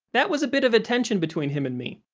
that was a bit of a tension between him and me.